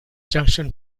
junction